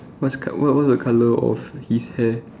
what c~ what what the colour of his hair